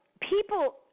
people